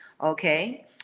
okay